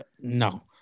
No